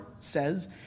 says